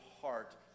heart